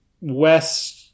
west